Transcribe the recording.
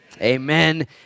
Amen